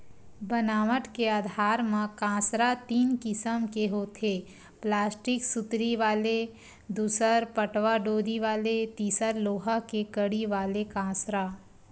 बनावट के आधार म कांसरा तीन किसम के होथे प्लास्टिक सुतरी वाले दूसर पटवा डोरी वाले तिसर लोहा के कड़ी वाले कांसरा